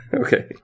Okay